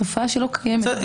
תופעה שלא קיימת.